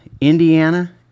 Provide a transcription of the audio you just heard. Indiana